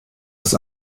das